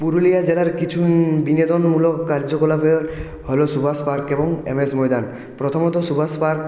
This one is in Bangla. পুরুলিয়া জেলার কিছু বিনোদনমূলক কার্যকলাপের হলো সুভাষ পার্ক এবং এমএস ময়দান প্রথমত সুভাষ পার্ক